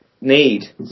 need